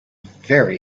very